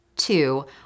Two